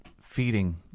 feeding